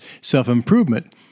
self-improvement